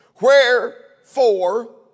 Wherefore